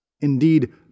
Indeed